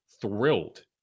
thrilled